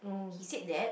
he said that